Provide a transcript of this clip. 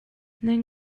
nan